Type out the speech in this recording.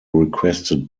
requested